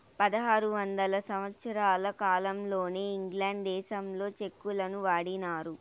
పదహారు వందల సంవత్సరాల కాలంలోనే ఇంగ్లాండ్ దేశంలో చెక్కులను వాడినారు